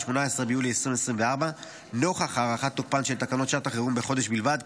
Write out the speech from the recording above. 18 ביולי 2024. נוכח הארכת תוקפן של תקנות שעת החירום בחודש בלבד,